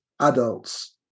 adults